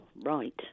right